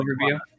overview